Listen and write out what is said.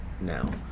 now